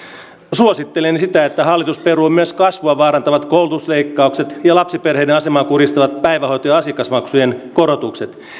suosittelen sitä että hallitus peruu myös kasvua vaarantavat koulutusleikkaukset ja lapsiperheiden asemaa kurjistavat päivähoito ja asiakasmaksujen korotukset